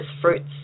fruits